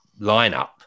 lineup